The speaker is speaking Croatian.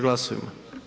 Glasujmo.